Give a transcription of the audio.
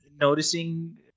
noticing